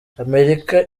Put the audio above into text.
amerika